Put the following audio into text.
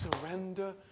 surrender